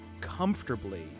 comfortably